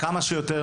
כמה שיותר,